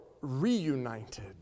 reunited